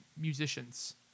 musicians